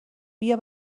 بیا